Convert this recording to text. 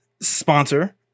sponsor